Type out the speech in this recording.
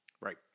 Right